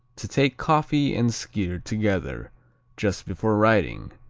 to take coffee and skyr together just before riding,